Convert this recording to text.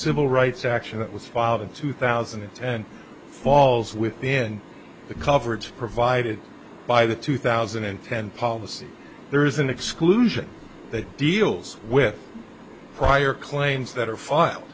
civil rights action that was filed in two thousand and ten falls within the coverage provided by the two thousand and ten policy there is an exclusion that deals with prior claims that are filed